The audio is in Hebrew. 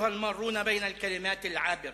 (נושא דברים בשפה הערבית,